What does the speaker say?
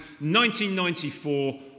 1994